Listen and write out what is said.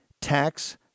Tax